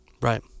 Right